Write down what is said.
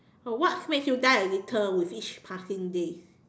uh what makes you die a little with each passing day